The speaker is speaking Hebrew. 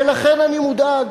ולכן אני מודאג.